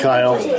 Kyle